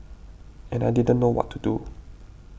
and I didn't know what to do